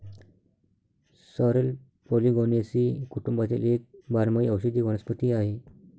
sorrel polygonaceae कुटुंबातील एक बारमाही औषधी वनस्पती आहे